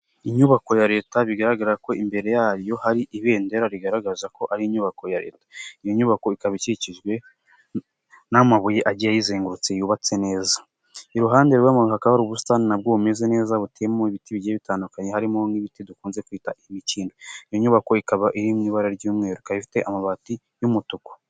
Inyubako ya leta bigaragara ko imbere yayo hari ibendera rigaragaza ko ari inyubako ya leta, iyo nyubako ikaba ikikijwe n'amabuye agiye ayizengurutse yubatse neza, iruhande rwayo hari ubusatani nabwo bumeze neza butuyemo ibiti bigiye bitandukanye harimo n'ibiti dukunze kwita imikindo, iyo nyubako ikaba iri mu ibara ry'umweru ifite amabati y'umutuku.